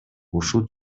ушул